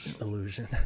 illusion